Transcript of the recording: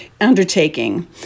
undertaking